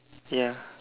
ya